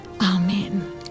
Amen